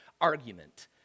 argument